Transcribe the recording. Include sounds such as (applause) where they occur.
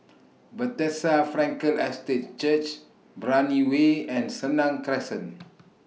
Bethesda Frankel Estate Church Brani Way and Senang Crescent (noise)